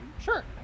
Sure